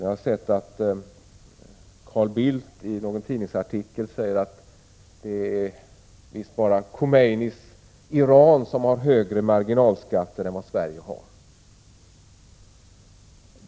Jag har i någon tidningsartikel sett att Carl Bildt sagt att det bara är Khomeinis Iran som har högre marginalskatter än Sverige.